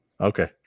Okay